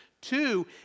Two